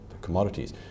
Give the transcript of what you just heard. commodities